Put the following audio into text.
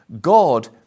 God